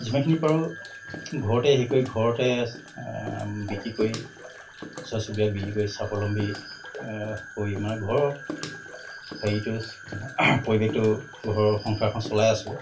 যিমানখিনি পাৰোঁ ঘৰতে হেৰি কৰি ঘৰতে বিকি কৰি ওচৰ চুবুৰীয়াক বিক্ৰী কৰি স্বাৱলম্বী হৈ মানে ঘৰৰ হেৰিটো পৰিৱেশটো ঘৰৰ সংসাৰখন চলাই আছো